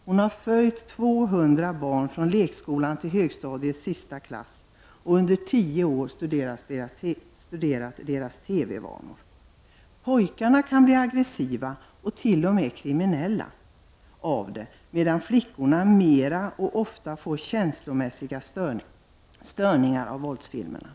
Hon har följt 200 barn från lekskolan till högstadiets sista klass och under tio år studerat deras TV vanor. Pojkarna kan bli aggressiva och t.o.m. kriminella av TV och videotittandet medan flickorna oftare får känslomässiga störningar av våldsfilmerna.